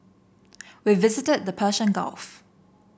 we visited the Persian Gulf